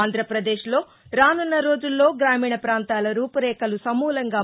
ఆంధ్రప్రదేశ్లో రానున్న రోజుల్లో గ్రామీణ ప్రాంతాల రూపు రేఖలు నమూలంగా ని